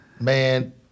man